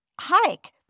hike